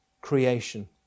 creation